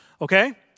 Okay